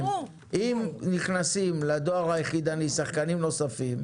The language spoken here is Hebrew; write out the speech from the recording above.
אם נכנסים לדואר היחידני שחקנים נוספים,